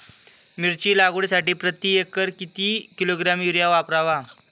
मिरची लागवडीसाठी प्रति एकर किती किलोग्रॅम युरिया वापरावा?